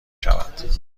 شود